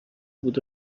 بود